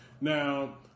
Now